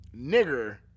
Nigger